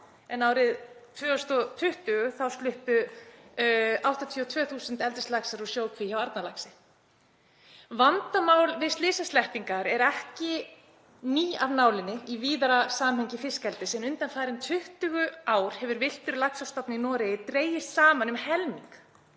en árið 2020 sluppu 82.000 eldislaxar úr sjókví hjá Arnarlaxi. Vandamál við slysasleppingar eru ekki ný af nálinni í víðara samhengi fiskeldis. Undanfarin 20 ár hefur villtur laxastofn í Noregi dregist saman um helming